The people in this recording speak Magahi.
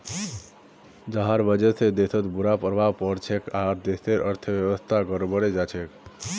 जहार वजह से देशत बुरा प्रभाव पोरछेक आर देशेर अर्थव्यवस्था गड़बड़ें जाछेक